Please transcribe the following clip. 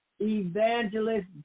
evangelist